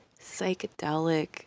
psychedelic